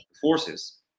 forces